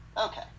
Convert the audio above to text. Okay